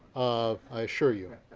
i assure you